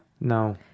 No